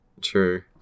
true